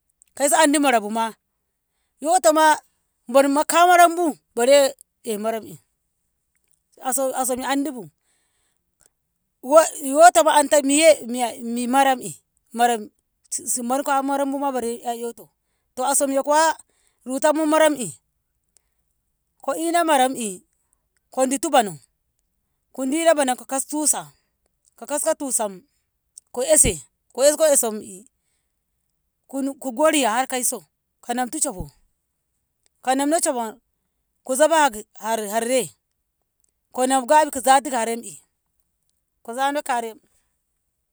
Kaiso Andi Mara buma 'yoto ma barmu kawuranmu bare ee maram'i aso- asomi me andibu Wai yotoma anto miye Miya Miya maram'i si man ka maram bu bare eiyoto to somye kuwa rutanmu maram'i ko ina maram'i ko dutu bano ko dino bano ko kastu tusa ko kasko tusam ko ese ko esko esam'i ku- ko go Riya har kaiso ko namtu shoho ko namno shohon kozofi a har har Rei ko nam Gabi ko zofti ka rem'i ko zano karem.